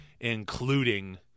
including